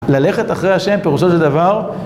ללכת אחרי השם, פירושו של דבר.